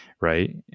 right